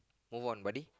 move on buddy